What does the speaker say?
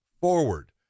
forward